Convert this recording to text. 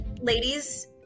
ladies